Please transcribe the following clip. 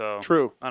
True